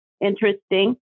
interesting